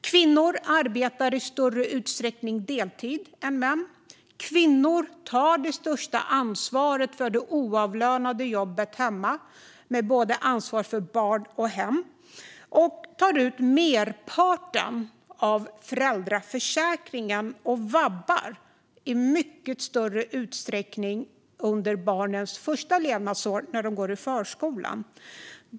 Kvinnor arbetar i större utsträckning deltid än män. Kvinnor tar det största ansvaret för det oavlönade jobbet hemma, med ansvar för både barn och hem. Kvinnor tar ut merparten av föräldraförsäkringen och vabbar i mycket större utsträckning än män under barnens första levnadsår när de går i förskolan.